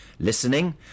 Listening